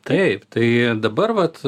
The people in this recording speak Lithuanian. taip tai dabar vat